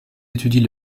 étudie